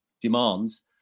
demands